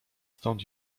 stąd